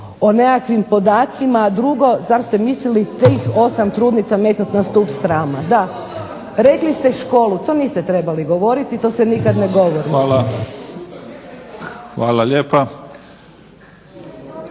o nekakvim podacima, a drugo zar ste mislili tih 8 trudnica metnut na stup srama. Da, rekli ste školu. To niste trebali govoriti. To se nikad ne govori. **Mimica, Neven